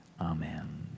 Amen